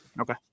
Okay